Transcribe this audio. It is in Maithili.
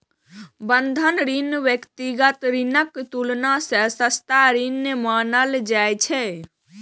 बंधक ऋण व्यक्तिगत ऋणक तुलना मे सस्ता ऋण मानल जाइ छै